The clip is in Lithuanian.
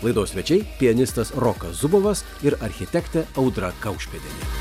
laidos svečiai pianistas rokas zubovas ir architektė audra kaušpėdienė